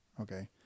okay